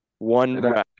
One